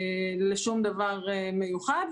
לדווח ולא נדרשים לשום דבר מיוחד,